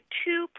two